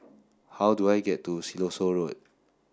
how do I get to Siloso Road